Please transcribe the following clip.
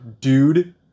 dude